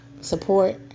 support